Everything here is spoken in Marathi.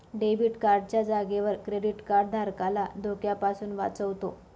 डेबिट कार्ड च्या जागेवर क्रेडीट कार्ड धारकाला धोक्यापासून वाचवतो